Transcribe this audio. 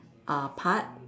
uh part